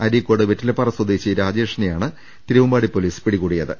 അരീ ക്കോട് വെറ്റിലപ്പാറ സ്വദേശി രാജേഷിനെയാണ് തിരുവമ്പാടി പൊലീസ് പിടികൂടിയത്